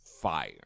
Fire